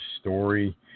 story